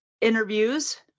interviews